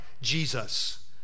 Jesus